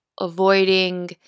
Avoiding